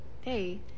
hey